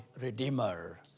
Redeemer